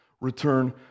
return